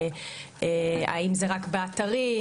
האם זה רק באתרים,